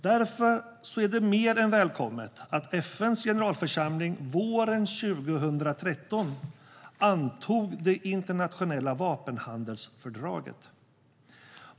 Därför är det mer än välkommet att FN:s generalförsamling våren 2013 antog det internationella vapenhandelsfördraget.